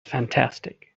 fantastic